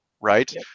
right